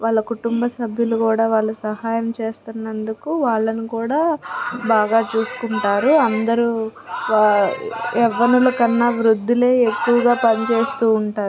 వాళ్ళ కుటుంబ సభ్యులు కూడా వాళ్ళు సహాయం చేస్తున్నందుకు వాళ్ళని కూడా బాగా చూసుకుంటారు అందరు వా యవ్వనుల కన్నా వృద్ధులే ఎక్కువగా పని చేస్తు ఉంటారు